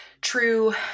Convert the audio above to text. true